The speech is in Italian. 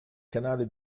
canale